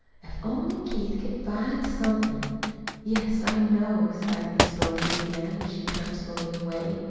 if only keith could find somethin' yes, i know, sighed miss dorothy again, as she turned slowly away.